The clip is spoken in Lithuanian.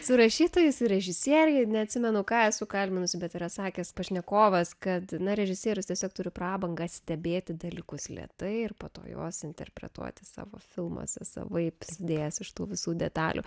su rašytojais ir režisieriai neatsimenu ką esu kalbinusi bet yra sakęs pašnekovas kad režisierius tiesiog turi prabangą stebėti dalykus lėtai ir po to juos interpretuoti savo filmuose savaip sudėjęs iš tų visų detalių